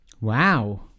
wow